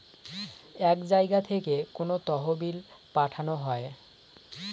এক জায়গা থেকে কোনো তহবিল পাঠানো হয়